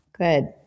Good